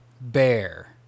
Bear